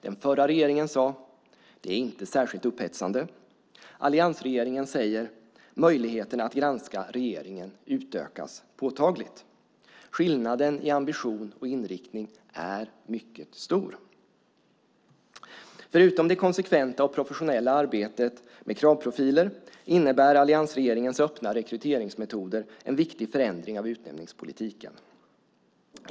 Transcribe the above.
Den förra regeringen sade: Det är inte särskilt upphetsande. Alliansregeringen säger: Möjligheterna att granska regeringen utökas påtagligt. Skillnaden i ambition och inriktning är mycket stor. Förutom det konsekventa och professionella arbetet med kravprofiler innebär alliansregeringens öppna rekryteringsmetoder en viktig förändring av utnämningspolitiken.